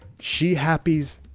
she happies,